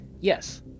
Yes